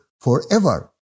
forever